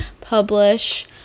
publish